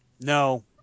No